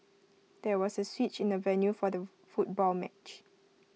there was A switch in the venue for the foot football match